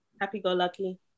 happy-go-lucky